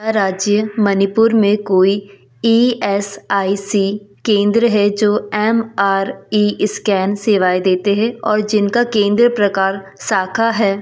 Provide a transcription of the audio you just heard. क्या राज्य मणिपुर में कोई ई एस आई सी केंद्र है जो एम आर ई स्कैन सेवाएँ देते हैं और जिनका केंद्र प्रकार शाखा है